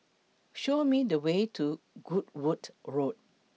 Show Me The Way to Goodwood Road